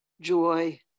joy